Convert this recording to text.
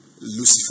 Lucifer